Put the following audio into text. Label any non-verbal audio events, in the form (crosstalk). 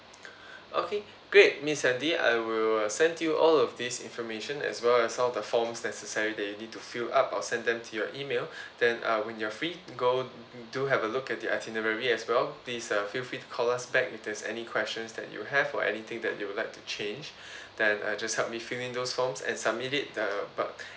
okay great miss sandy I will send you all of this information as well as some of the forms necessary that you need to fill up I'll send them to your email then uh when you're free to go do have a look at the itinerary as well please uh feel free to call us back if there's any questions that you have or anything that you would like to change (breath) then uh just help me fill in those forms and submit it uh about